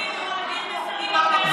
הוא מעביר מסרים בטלפון,